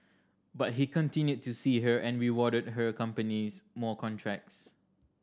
but he continued to see her and rewarded her companies more contracts